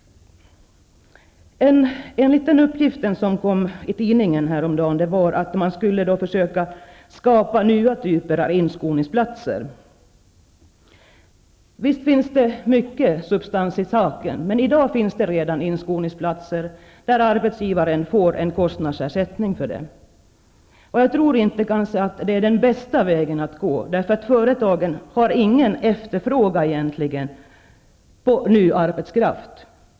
Enligt uppgifter i tidningen häromdagen skall man försöka skapa nya typer av inskolningsplatser. Visserligen finns det mycket substans i det förslaget, men i dag finns det redan inskolningsplatser som arbetssgivaren får en kostnadsersättning för. Jag tror dock inte att det är den bästa vägen att gå. Företagen har egentligen inte någon efterfrågan på ny arbetskraft.